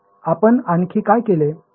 आपण आणखी काय केले